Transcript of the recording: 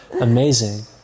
Amazing